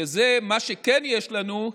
שזה מה שכן יש לנו,